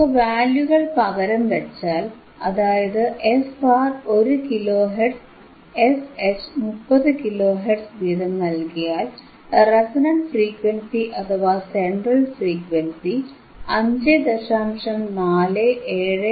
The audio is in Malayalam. നമുക്ക് വാല്യൂകൾ പകരംവച്ചാൽ അതായത് fR 1 kilo hertz fH 30 kilo hertz വീതം നൽകിയാൽ റെസണന്റ് ഫ്രീക്വൻസി അഥവാ സെൻട്രൽ ഫ്രീക്വൻസി 5